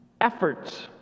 efforts